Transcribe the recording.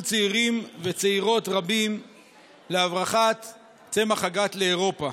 צעירים וצעירות רבים להברחת צמח הגת לאירופה,